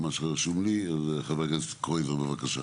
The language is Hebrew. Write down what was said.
לפי מה שרשום לי, אז חה"כ קרויזר בבקשה.